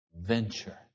venture